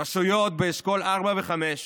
רשויות באשכול 4 ו-5,